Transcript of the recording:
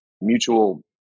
mutual